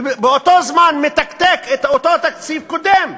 ובאותו זמן מתקתק אותו תקציב קודם.